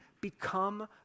become